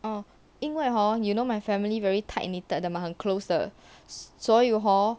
oh 因为 hor you know my family very tight knitted 的 mah 很 close 的所以 hor